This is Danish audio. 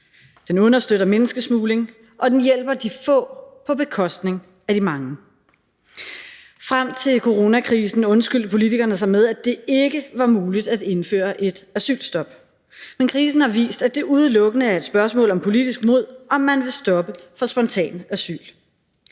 Den understøtter menneskesmugling, og den hjælper de få på bekostning af de mange. Frem til coronakrisen undskyldte politikerne sig med, at det ikke var muligt at indføre et asylstop, men krisen har vist, at det udelukkende er et spørgsmål om politisk mod, om man vil stoppe for spontan asyl.